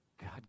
God